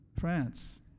France